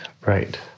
Right